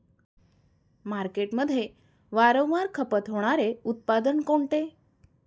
मार्केटमध्ये वारंवार खपत होणारे उत्पादन कोणते?